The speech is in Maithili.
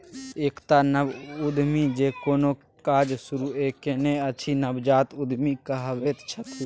एकटा नव उद्यमी जे कोनो काज शुरूए केने अछि नवजात उद्यमी कहाबैत छथि